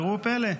וראו פלא,